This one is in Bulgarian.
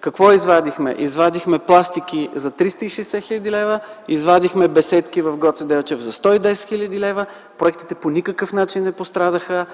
Какво извадихме? Извадихме пластики за 360 хил. лв., извадихме беседки в Гоце Делчев за 110 хил. лв. Проектите по никакъв начин не пострадаха.